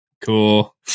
cool